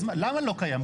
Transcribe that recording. למה לא קיים?